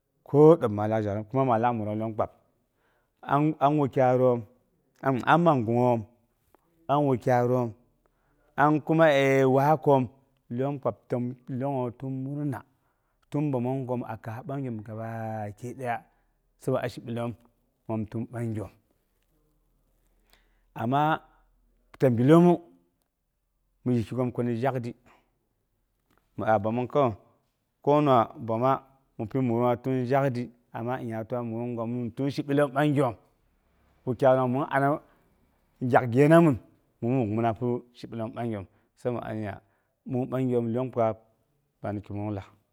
Ko dəb mal lak zhalum kuma ma yar muyang lyong kpab an a wukyaiyoon a ma gungngoom man wualyaiyom an kuma waasgom lyong kpab təm lyonglom tin murna tun bəomongngoom akaas a bagyoom gabaki daya sai a shibilom, ami təm bagyoom. Amma ta gi yemu yissimoom koni zhakdi ya bəomong ko, koni zhakdi ya bəmong ko, kona bəma ti shi gungnga tin zhakdi amma gungngoom wana tin shibilom bagyoom. Mikyainang mɨn anang gyak gyena mɨn a muuminah ko shibilom bagyoom. Sai mi a nya min bagghom lyong kpab pang tulling laak.